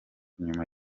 nyuma